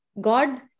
God